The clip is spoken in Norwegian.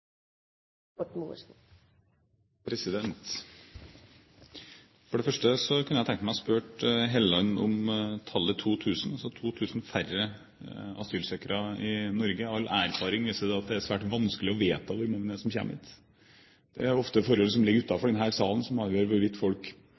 For det første kunne jeg tenke meg å spørre Helleland om tallet 2 000, altså 2 000 færre asylsøkere i Norge. All erfaring viser at det er svært vanskelig å vedta hvor mange det er som kommer hit. Det er ofte forhold som ligger